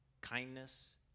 kindness